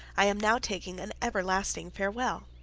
i am now taking an everlasting farewell.